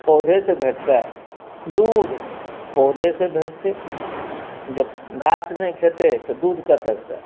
पौधेसँ भेटतै दूध पौधेसँ भेटतै जे घास नहि खेतै तऽ दूध कतयसँ